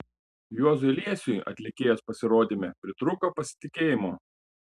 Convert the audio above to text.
juozui liesiui atlikėjos pasirodyme pritrūko pasitikėjimo